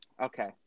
Okay